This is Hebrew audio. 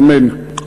אמן.